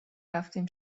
رفتیم